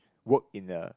work in a